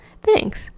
Thanks